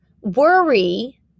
worry